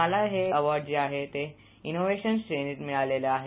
मला हे अवार्ड जे आहे ते इनोवेशन श्रेणीत मिळालेलं आहे